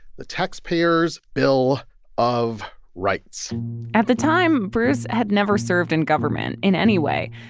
the taxpayer's bill of rights at the time, bruce had never served in government in any way,